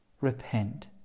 Repent